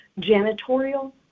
janitorial